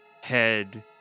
head